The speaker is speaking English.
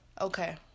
okay